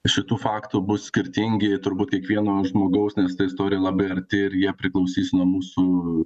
šitų faktų bus skirtingi turbūt kiekvieno žmogaus nes ta istorija labai arti ir jie priklausys nuo mūsų